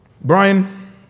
Brian